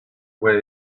way